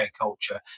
culture